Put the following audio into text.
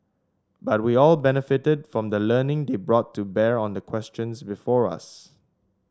but we all benefited from the learning they brought to bear on the questions before us